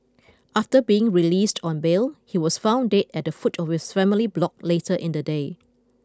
after being released on bail he was found dead at the foot of his family's block later in the day